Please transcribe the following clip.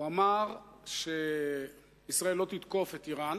הוא אמר שישראל לא תתקוף את אירן